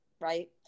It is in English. right